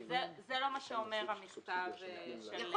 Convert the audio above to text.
זה לא מה שאומר המכתב של מזכיר הממשלה.